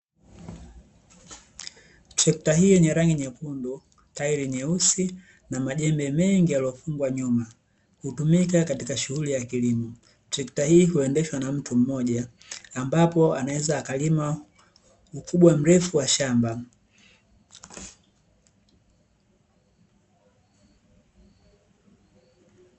Trekta hii yenye rangi nyekundu, tairi nyeusi, na majembe mengi yaliyofungwa nyuma, hutumika katika shughuli ya kilimo. Trekta hii huendeshwa na mtu mmoja ambapo anaweza akalima ukubwa mrefu wa shamba.